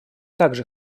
также